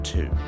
Two